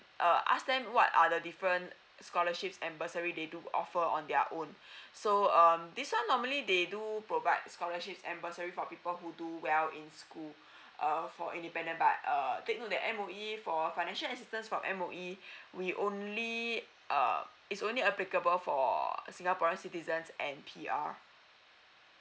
uh ask them what are the different scholarships and bursary they do offer on their own so um this one normally they do provide scholarships and bursary for people who do well in school uh for independent but err take note that M_O_E for financial assistance from M_O_E will only uh it's only applicable for singaporean citizens and P_R